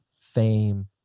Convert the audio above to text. fame